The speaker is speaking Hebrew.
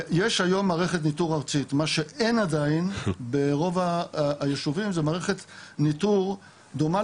ניטור ארצית מה שאין עדיין ברוב היישובים זה מערכת ניטור דומה